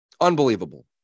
unbelievable